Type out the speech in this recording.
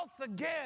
again